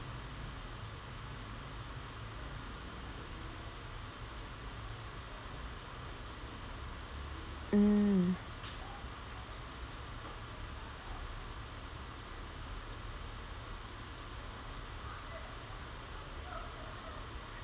mm